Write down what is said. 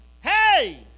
Hey